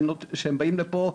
שהם באים לפה,